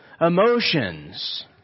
emotions